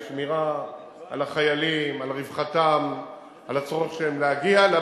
המגמה היא להבין, אז אפשר אחרי זה גם לא להסכים,